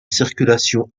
circulation